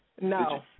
No